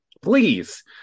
please